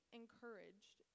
encouraged